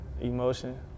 emotion